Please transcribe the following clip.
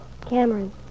Cameron